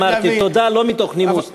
אמרתי "תודה" לא מתוך נימוס.